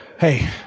hey